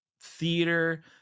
theater